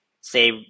say